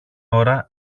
ώρα